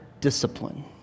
discipline